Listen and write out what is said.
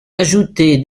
ajouter